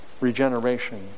regeneration